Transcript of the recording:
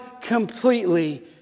completely